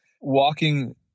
walking